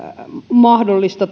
mahdollista